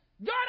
God